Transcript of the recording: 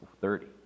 thirty